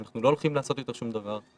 שהם לא הולכים לעשות שום דבר.